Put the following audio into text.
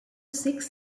six